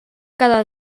cada